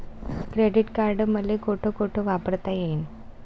Credit card मले कोठ कोठ वापरता येईन?